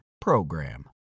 PROGRAM